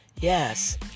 Yes